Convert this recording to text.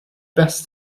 best